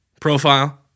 profile